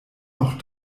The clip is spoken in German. noch